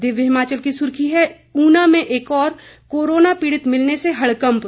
दिव्य हिमाचल की सुर्खी है ऊना में एक और कोरोना पीड़ित मिलने से हड़कंप